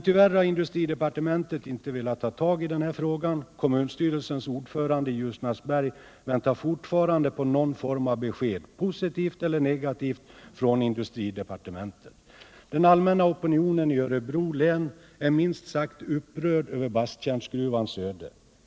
Tyvärr har industridepartementet inte velat ta tag i den här frågan. Kommunstyrelsens ordförande i Ljusnarsberg väntar fortfarande på någon form av besked, positivt eller negativt, från industridepartementet. Den allmänna opinionen i Örebro län är minst sagt upprörd över Basttjärnsgruvans öde.